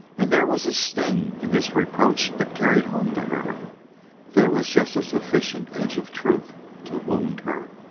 and there was a sting in this reproach that carried home to her there was just a sufficient edge of truth to wound her.